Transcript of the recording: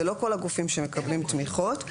זה לא כל הגופים שמקבלים תמיכות.